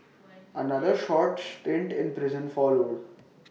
another short stint in prison followed